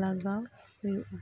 ᱞᱟᱜᱟᱣ ᱦᱩᱭᱩᱜᱼᱟ